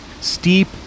steep